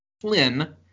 Flynn